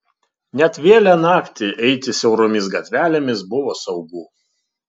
net vėlią naktį eiti siauromis gatvelėmis buvo saugu